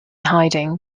hiding